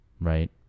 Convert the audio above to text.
right